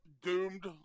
doomed